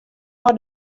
mei